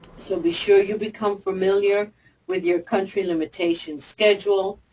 so be sure you become familiar with your country limitation schedule.